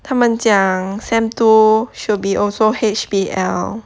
他们讲 sem two should be also H_B_L